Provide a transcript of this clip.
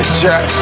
jack